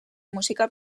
música